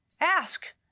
ask